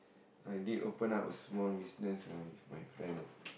I did open up a small business ah with my friend